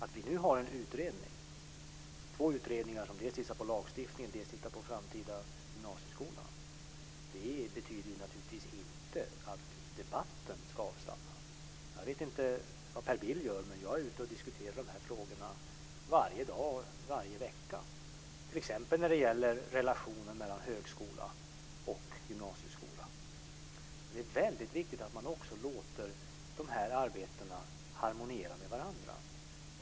Att vi nu har en utredning, eller två utredningar, som dels tittar på lagstiftningen, dels tittar på den framtida gymnasieskolan, betyder naturligtvis inte att debatten ska avstanna. Jag vet inte vad Per Bill gör, men jag är ute och diskuterar de här frågorna varje dag, varje vecka. Det gäller t.ex. relationen mellan högskola och gymnasieskola. Det är väldigt viktigt att man också låter de här arbetena harmoniera med varandra.